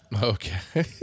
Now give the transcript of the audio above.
Okay